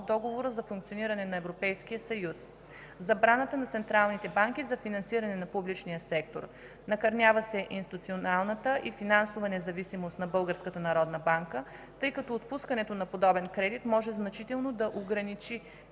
Договора за функциониране на Европейския съюз – забраната на централните банки за финансиране на публичния сектор; накърнява се институционалната и финансова независимост на Българската народна банка, тъй като отпускането на подобен кредит може значително да ограничи